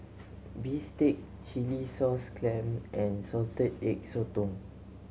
bistake chilli sauce clams and Salted Egg Sotong